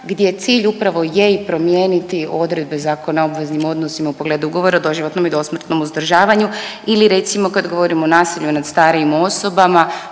gdje cilj upravo i je promijeniti odredbe Zakona o obveznim odnosima u pogledu Ugovora o doživotnom i dosmrtnom uzdržavanju ili recimo kad govorimo o nasilju nad starijim osobama